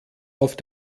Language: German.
auf